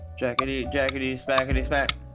Jackety-jackety-smackety-smack